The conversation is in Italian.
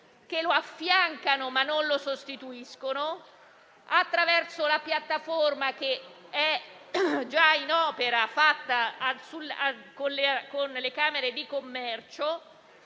che lo affiancano ma non lo sostituiscono, attraverso la piattaforma che è già in opera fatta con le camere di commercio,